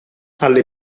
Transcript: alle